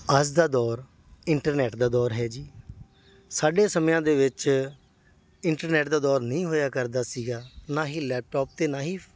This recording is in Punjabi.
ਅੱਜ ਦਾ ਦੌਰ ਇੰਟਰਨੈੱਟ ਦਾ ਦੌਰ ਹੈ ਜੀ ਸਾਡੇ ਸਮਿਆਂ ਦੇ ਵਿੱਚ ਇੰਟਰਨੈੱਟ ਦਾ ਦੌਰ ਨਹੀਂ ਹੋਇਆ ਕਰਦਾ ਸੀਗਾ ਨਾ ਹੀ ਲੈਪਟੋਪ ਅਤੇ ਨਾ ਹੀ